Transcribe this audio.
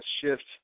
shift